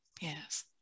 Yes